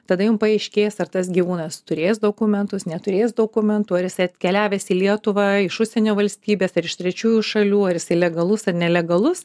tada jum paaiškės ar tas gyvūnas turės dokumentus neturės dokumentų ar jis atkeliavęs į lietuvą iš užsienio valstybės ar iš trečiųjų šalių ar jisai legalus ar nelegalus